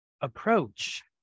approach